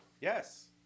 Yes